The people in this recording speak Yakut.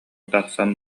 тахсан